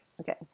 okay